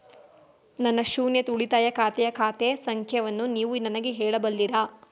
ನನ್ನ ಶೂನ್ಯ ಉಳಿತಾಯ ಖಾತೆಯ ಖಾತೆ ಸಂಖ್ಯೆಯನ್ನು ನೀವು ನನಗೆ ಹೇಳಬಲ್ಲಿರಾ?